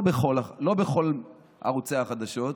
לא בכל ערוצי החדשות,